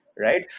Right